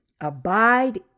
Abide